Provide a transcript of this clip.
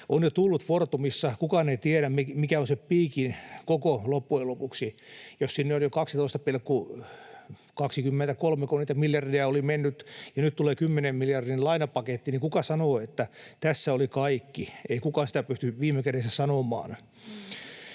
On jo tullut Fortumissa. Kukaan ei tiedä, mikä on se piikin koko loppujen lopuksi. Jos sinne on jo kai 12,23 niitä miljardeja mennyt ja nyt tulee kymmenen miljardin lainapaketti, niin kuka sanoo, että tässä oli kaikki? Ei kukaan sitä pysty viime kädessä sanomaan.